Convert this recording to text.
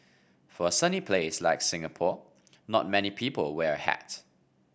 for a sunny place like Singapore not many people wear a hat